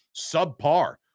subpar